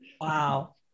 wow